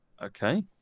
Okay